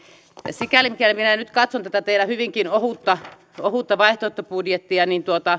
sikäli kun minä nyt katson tätä teidän hyvinkin ohutta ohutta vaihtoehtobudjettianne